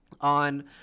on